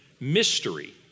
Mystery